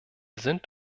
sind